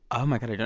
oh, my god. and